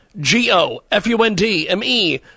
g-o-f-u-n-d-m-e